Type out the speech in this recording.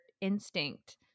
instinct